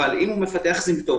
אבל אם הוא מפתח סימפטומים,